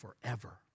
forever